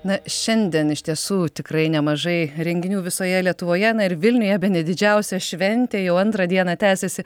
na šiandien iš tiesų tikrai nemažai renginių visoje lietuvoje na ir vilniuje bene didžiausia šventė jau antrą dieną tęsiasi